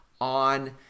on